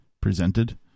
presented